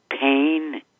pain